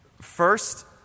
First